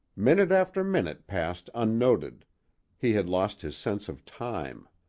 minute after minute passed unnoted he had lost his sense of time.